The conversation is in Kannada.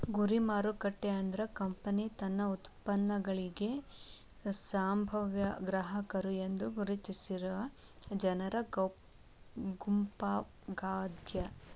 ಗುರಿ ಮಾರುಕಟ್ಟೆ ಅಂದ್ರ ಕಂಪನಿ ತನ್ನ ಉತ್ಪನ್ನಗಳಿಗಿ ಸಂಭಾವ್ಯ ಗ್ರಾಹಕರು ಎಂದು ಗುರುತಿಸಿರ ಜನರ ಗುಂಪಾಗ್ಯಾದ